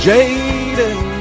Jaden